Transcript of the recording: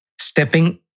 stepping